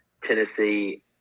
tennessee